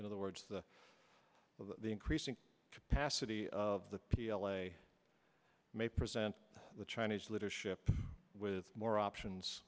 in other words the with the increasing capacity of the p l a may present the chinese leadership with more options